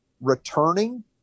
returning